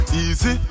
easy